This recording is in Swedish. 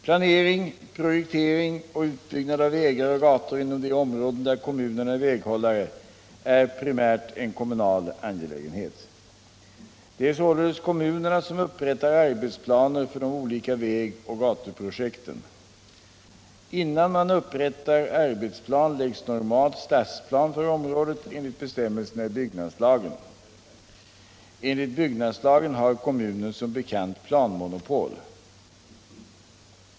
Planering, projektering och utbyggnad av vägar och gator inom de områden där kommunerna är väghållare är primärt en kommunal angelägenhet. Det är således kommunerna som upprättar arbetsplaner för de olika vägoch gatuprojekten. Innan man upprättar arbetsplan läggs normalt stadsplan för området enligt bestämmelserna i byggnadslagen. Enligt byggnadslagen har kommunen som bekant planmonopol.